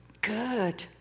good